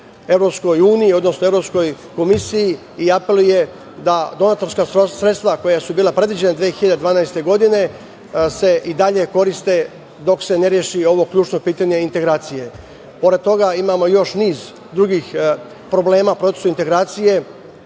se obrati EU, odnosno Evropskoj komisiji i apeluje da donatorska sredstva koja su bila predviđena 2012. godine se i dalje koriste dok se ne reši ovo ključno pitanje integracije. Pored toga imamo još niz drugih problema u procesu integracije,